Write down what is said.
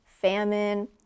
famine